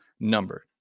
number